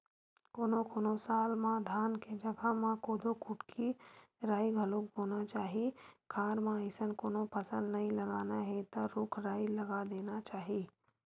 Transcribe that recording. कोनो कोनो साल म धान के जघा म कोदो, कुटकी, राई घलोक बोना चाही खार म अइसन कोनो फसल नइ लगाना हे त रूख राई लगा देना चाही